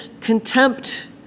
contempt